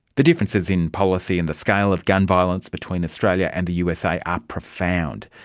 the differences in policy and the scale of gun violence between australia and the usa are profound.